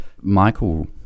Michael